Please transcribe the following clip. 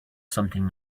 something